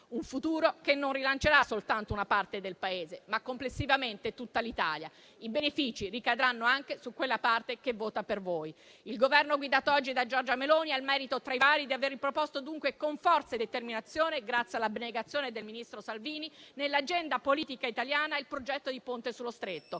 un futuro che rilancerà non soltanto una parte del Paese, ma complessivamente tutta l'Italia. I benefici ricadranno anche su quella parte che vota per voi. Il Governo guidato oggi da Giorgia Meloni ha il merito, tra i vari, di aver riproposto dunque con forza e determinazione, grazie all'abnegazione del ministro Salvini, nell'agenda politica italiana il progetto di Ponte sullo Stretto.